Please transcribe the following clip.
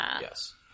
Yes